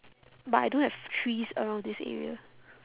but I don't have trees around this area